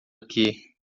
aqui